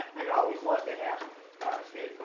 we always love to have you, stay